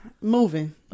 moving